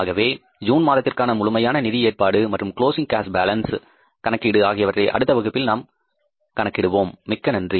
ஆகவே ஜூன் மாதத்திற்கான முழுமையான பைனான்சிங் அரேஞ்சுமென்ட் மற்றும் க்ளோஸிங் கேஸ் பேலன்ஸ் கணக்கீடு ஆகியவற்றை அடுத்த வகுப்பில் நாம் கணக்கிடுவோம் மிக்க நன்றி